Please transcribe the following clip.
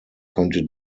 könnte